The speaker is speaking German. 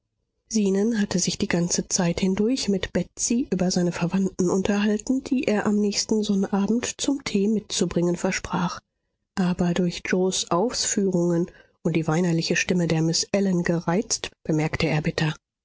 zenon hatte sich die ganze zeit hindurch mit betsy über seine verwandten unterhalten die er am nächsten sonnabend zum tee mitzubringen versprach aber durch yoes ausführungen und die weinerliche stimme der miß ellen gereizt bemerkte er bitter